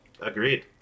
Agreed